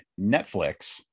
netflix